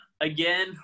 Again